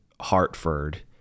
Hartford